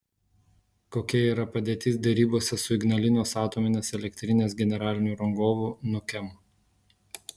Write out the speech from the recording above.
kokia yra padėtis derybose su ignalinos atominės elektrinės generaliniu rangovu nukem